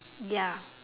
ya